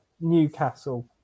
Newcastle